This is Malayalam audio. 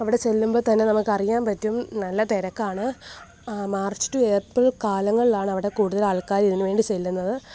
അവിടെ ചെല്ലുമ്പം തന്നെ നമുക്ക് അറിയാൻ പറ്റും നല്ല തിരക്കാണ് മാർച്ച് റ്റു ഏപ്രിൽ കാലങ്ങളിലാണ് അവിടെ കൂടുതൽ ആൾക്കാർ ഇതിന് വേണ്ടി ചെല്ലുന്നത്